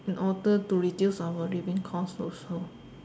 in order to reduce our living cost also